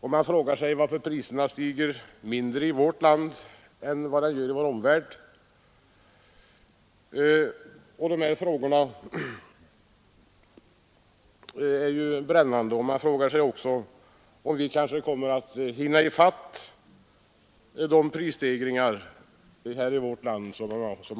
och man frågar sig varför priserna stiger mindre i vårt land än de gör i vår omvärld. Man frågar sig också om vi i vårt land kommer att hinna i fatt de prisstegringar som äger rum i andra länder.